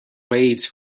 waves